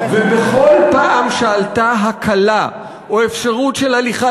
ובכל פעם שעלתה הקלה או אפשרות של הליכה